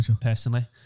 personally